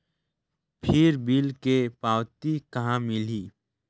फिर बिल के पावती कहा मिलही?